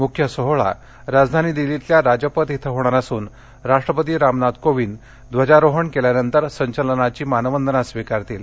मुख्य सोहळा राजधानी दिल्लीतल्या राजपथ इथं होणार असून राष्ट्रपती रामनाथ कोविंद ध्वजारोहण केल्यानंतर संचलनाची मानवंदना स्वीकारतील